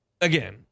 Again